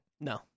No